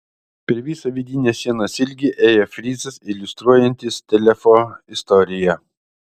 per visą vidinės sienos ilgį ėjo frizas iliustruojantis telefo istoriją